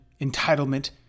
entitlement